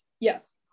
Yes